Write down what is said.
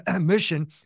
mission